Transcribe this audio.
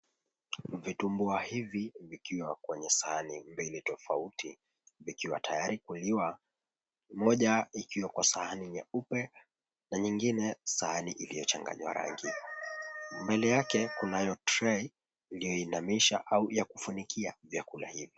Vitumbua hivi vikiwa kwenye sahani mbili tofauti, vikiwa tayari kuliwa, moja ikiwa kwa sahani nyeupe na nyingine katika sahani iliyochanganywa rangi. Mbele yake kuna tray iliyoinamishwa au iliyofunikia vyakula hivyo.